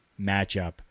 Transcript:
matchup